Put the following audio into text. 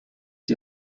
die